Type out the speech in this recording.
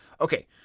Okay